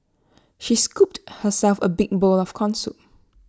she scooped herself A big bowl of Corn Soup